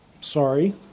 Sorry